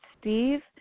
Steve